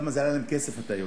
כמה כסף זה עלה להם אתה יודע.